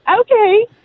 okay